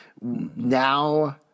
Now